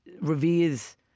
reveres